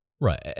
Right